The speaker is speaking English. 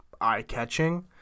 eye-catching